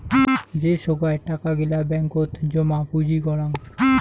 যে সোগায় টাকা গিলা ব্যাঙ্কত জমা পুঁজি করাং